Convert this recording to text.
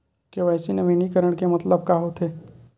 KYC नवीनीकरण के मतलब का होथे?